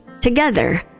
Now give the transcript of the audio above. together